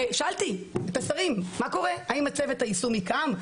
שאלתי את השרים מה קורה, האם הצוות היישומי קם?